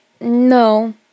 no